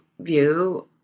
view